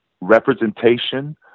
representation